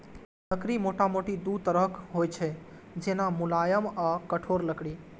लकड़ी मोटामोटी दू तरहक होइ छै, जेना, मुलायम आ कठोर लकड़ी